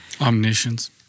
Omniscience